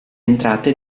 entrate